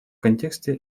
контексте